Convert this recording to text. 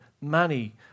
money